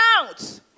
out